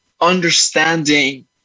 understanding